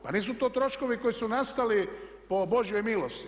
Pa nisu to troškovi koji su nastali po božjoj milosti.